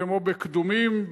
כמו בקדומים,